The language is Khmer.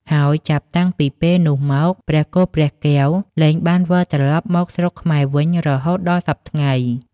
ហើយចាប់តាំងពីពេលនោះមក ព្រះគោព្រះកែវលែងបានវិលត្រឡប់មកស្រុកខ្មែរវិញរហូតដល់សព្វថ្ងៃ។